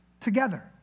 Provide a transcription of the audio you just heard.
Together